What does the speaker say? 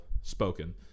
spoken